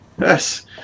Yes